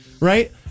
right